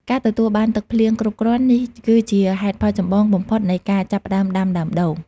ការទទួលបានទឹកភ្លៀងគ្រប់គ្រាន់នេះគឺជាហេតុផលចម្បងបំផុតនៃការចាប់ផ្ដើមដាំដើមដូង។